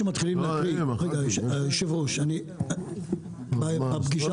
שמתחילים, יושב הראש, בפגישה